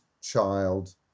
child